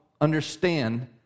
understand